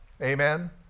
Amen